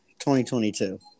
2022